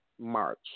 March